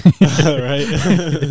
right